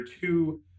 two